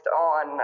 on